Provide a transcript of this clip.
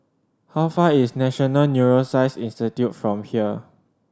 how far is National Neuroscience Institute from here